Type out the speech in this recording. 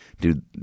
dude